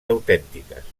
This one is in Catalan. autèntiques